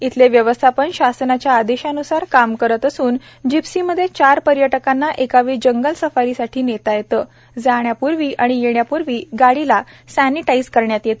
इथले व्यवस्थापन शासनाच्या आदेशान्सार काम करीत असून जिप्सीमध्ये चार पर्यटकांना एकावेळी जंगल सफारीसाठी नेतात जाण्यापूर्वी आणि येण्यापूर्वी गाडीला सॅनिटाइझर करण्यात येते